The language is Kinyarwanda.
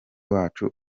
wacu